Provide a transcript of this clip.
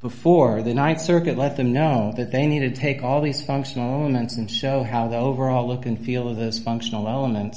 before the th circuit let them know that they need to take all these functional moments and show how the overall look and feel of those functional elements